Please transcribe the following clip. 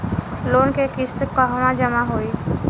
Loan के किस्त कहवा जामा होयी?